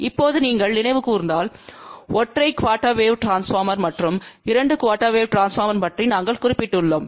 இப்போது நீங்கள் நினைவு கூர்ந்தால் ஒற்றை குஆர்டெர் வேவ் டிரான்ஸ்பார்மர் மற்றும் 2 குஆர்டெர் வேவ் டிரான்ஸ்பார்மர் பற்றி நாங்கள் குறிப்பிட்டுள்ளோம்